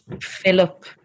Philip